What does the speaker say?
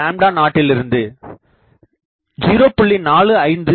4 0 விலிருந்து 0